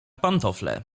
pantofle